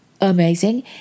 amazing